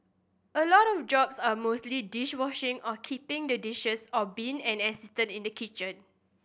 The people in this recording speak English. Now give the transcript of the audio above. a lot of jobs are mostly dish washing or keeping the dishes or being an assistant in the kitchen